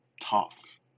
tough